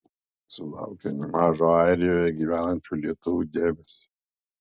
sulaukė nemažo airijoje gyvenančių lietuvių dėmesio